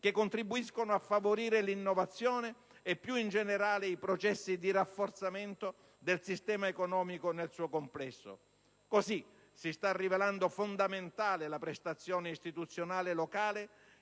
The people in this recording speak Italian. che contribuiscono a favorire l'innovazione e più in generale i processi di rafforzamento del sistema economico nel suo complesso. Così si sta rivelando fondamentale la prestazione istituzionale locale,